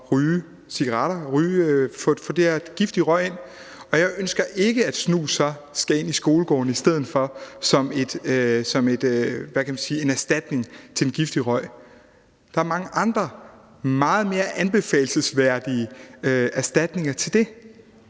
ryge cigaretter, for det betyder, at de får giftig røg ind. Jeg ønsker ikke, at snus skal ind i skolegården i stedet for som en, hvad kan man sige, erstatning for den giftige røg. Der er mange andre og meget mere anbefalelsesværdige erstatninger for den